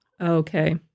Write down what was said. Okay